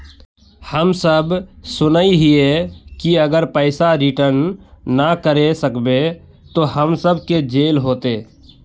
हम सब सुनैय हिये की अगर पैसा रिटर्न ना करे सकबे तो हम सब के जेल होते?